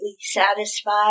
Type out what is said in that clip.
satisfied